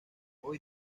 hoy